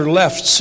left